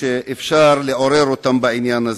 שאפשר להעלות בעניין הזה.